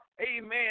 amen